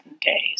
days